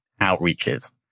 outreaches